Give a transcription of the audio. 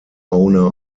owner